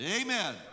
Amen